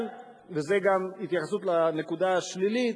אבל, וזו גם התייחסות לנקודה השלילית,